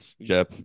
Jeff